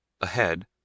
Ahead